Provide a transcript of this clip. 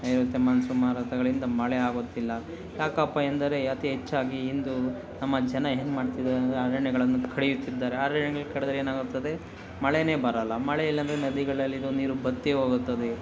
ನೈಋತ್ಯ ಮಾನ್ಸೂನ್ ಮಾರುತಗಳಿಂದ ಮಳೆ ಆಗುತ್ತಿಲ್ಲ ಯಾಕಪ್ಪ ಎಂದರೆ ಅತಿ ಹೆಚ್ಚಾಗಿ ಇಂದು ನಮ್ಮ ಜನ ಏನ್ಮಾಡ್ತಿದ್ದಾರೆ ಅಂದರೆ ಅರಣ್ಯಗಳನ್ನು ಕಡಿಯುತ್ತಿದ್ದಾರೆ ಅರಣ್ಯ ಕಡಿದ್ರೆ ಏನಾಗುತ್ತದೆ ಮಳೆನೇ ಬರಲ್ಲ ಮಳೆ ಇಲ್ಲಾಂದರೆ ನದಿಗಳಲ್ಲಿರೋ ನೀರು ಬತ್ತಿ ಹೋಗುತ್ತದೆ